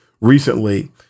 recently